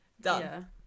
done